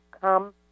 come